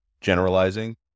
generalizing